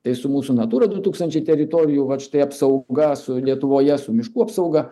tai su mūsų natūra du tūkstančiai teritorijų vat štai apsauga su lietuvoje su miškų apsauga